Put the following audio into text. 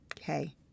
Okay